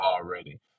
already